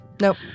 nope